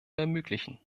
ermöglichen